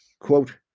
quote